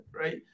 Right